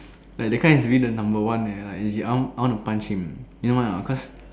like that kind is really the number one leh like legit I want I want to punch him you know why or not cause